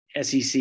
SEC